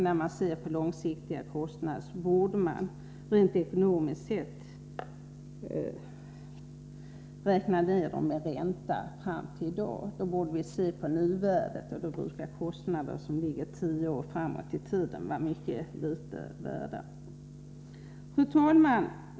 När man ser på långsiktiga kostnader borde man rent ekonomiskt sett räkna fram nuvärdet, och gör man det brukar kostnader som ligger tio år framåt i tiden ha ett mycket lågt värde. Fru talman!